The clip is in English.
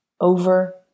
over